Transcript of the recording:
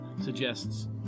suggests